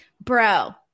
Bro